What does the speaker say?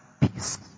peace